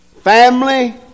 family